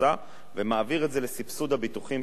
ומעביר את זה לסבסוד הביטוחים של האופנוענים,